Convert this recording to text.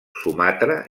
sumatra